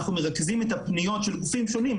אנחנו מרכזים את הפניות של גופים שונים,